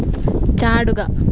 ചാടുക